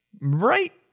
right